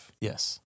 Yes